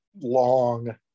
long